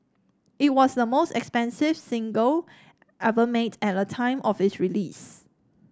it was the most expensive single ever made at the time of its release